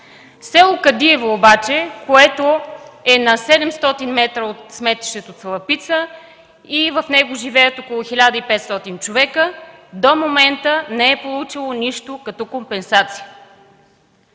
Село Кадиево обаче, което е на 700 метра от сметището в Цалапица и в него живеят около 1500 човека, до момента не е получило нищо като компенсация.